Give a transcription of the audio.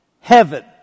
heaven